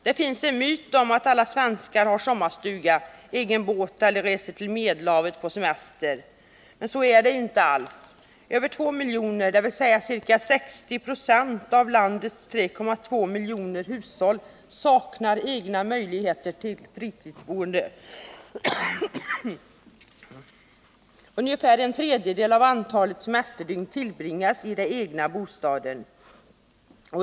Det finns en myt om att alla svenskar har sommarstuga, egen båt eller reser till Medelhavet på semester, men så är det inte alls. Över 2 miljoner, dvs. ca 60 26, av landets 3,2 miljoner hushåll, saknar egna möjligheter till fritidsboende. Ungefär en tredjedel av antalet semesterdygn tillbringas i den egna bostaden.